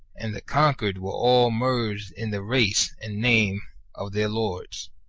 and the conquered were all merged in the race and name of their lords.